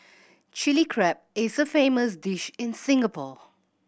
Chilli Crab is a famous dish in Singapore